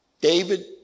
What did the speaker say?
David